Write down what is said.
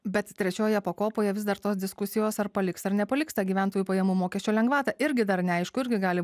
bet trečioje pakopoje vis dar tos diskusijos ar paliks ar nepaliks tą gyventojų pajamų mokesčio lengvatą irgi dar neaišku irgi gali